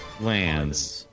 Lands